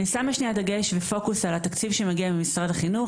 אני שמה שנייה דגש ופוקוס על התקציב שמגיע ממשרד החינוך,